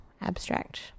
abstract